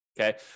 Okay